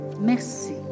Merci